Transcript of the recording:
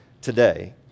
today